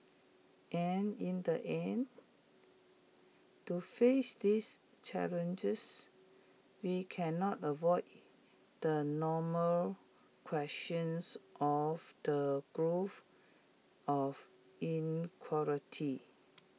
and in the end to face this challenges we can not avoid the normal questions of the growth of inequality